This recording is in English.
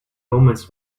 omens